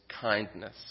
kindness